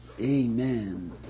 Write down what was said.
Amen